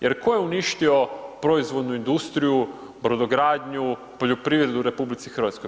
Jer tko je uništio proizvodnu industriju, brodogradnju, poljoprivredu u RH?